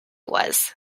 was